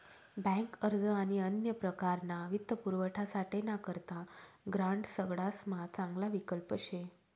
bank अर्ज आणि अन्य प्रकारना वित्तपुरवठासाठे ना करता ग्रांड सगडासमा चांगला विकल्प शे